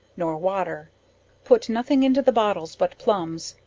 nor water put nothing into the bottles but plumbs,